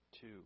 two